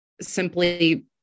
simply